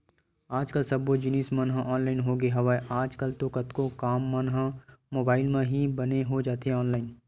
आज कल सब्बो जिनिस मन ह ऑनलाइन होगे हवय, आज कल तो कतको काम मन ह मुबाइल म ही बने हो जाथे ऑनलाइन